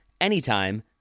anytime